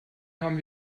haben